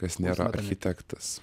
kas nėra architektas